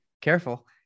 Careful